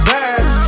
Bad